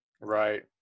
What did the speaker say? Right